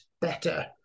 better